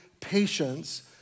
patience